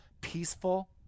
peaceful